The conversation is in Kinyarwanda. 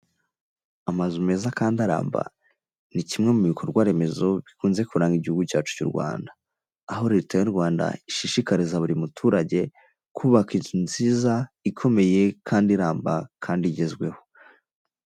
Amazu meza kandi aramba ni kimwe mu bikorwa remezo bikunze kuranga igihugu cyacu cy'u Rwanda, aho leta y'u Rwanda ishishikariza buri muturage, kubaka inzu nziza ikomeye kandi iramba kandi igezweho.